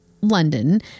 London